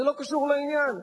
זה לא קשור לעניין.